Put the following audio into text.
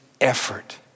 effort